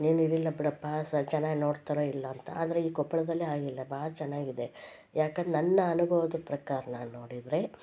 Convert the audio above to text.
ಏನು ಇದಿಲ್ಲ ಬಿಡಪ್ಪಾ ಸರ್ ಚೆನ್ನಾಗ್ ನೋಡ್ತಾರೊ ಇಲ್ಲ ಅಂತ ಆದರೆ ಈ ಕೊಪ್ಪಳದಲ್ಲಿ ಹಾಗಿಲ್ಲ ಭಾಳ ಚೆನ್ನಾಗಿದೆ ಯಾಕಂದ್ರೆ ನನ್ನ ಅನುಭವದ್ ಪ್ರಕಾರ ನಾನು ನೋಡಿದರೆ